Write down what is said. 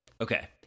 Okay